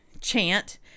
chant